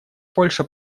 польша